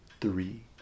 three